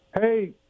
Hey